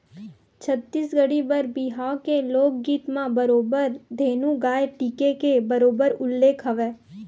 छत्तीसगढ़ी बर बिहाव के लोकगीत म बरोबर धेनु गाय टीके के बरोबर उल्लेख हवय